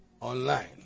online